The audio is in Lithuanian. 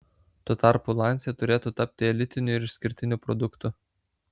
tuo tarpu lancia turėtų tapti elitiniu ir išskirtiniu produktu